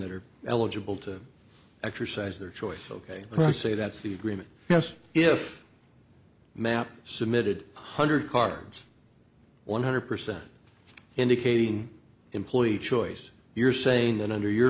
that are eligible to exercise their choice ok can i say that's the agreement yes if map submitted hundred cards one hundred percent indicating employee choice you're saying that under your